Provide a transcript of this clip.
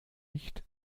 nicht